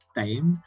time